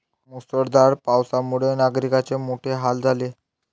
मुसळधार पावसामुळे नागरिकांचे मोठे हाल झाले